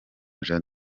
jean